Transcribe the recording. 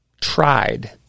tried